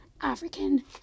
African